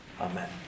Amen